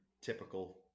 typical